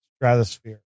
Stratosphere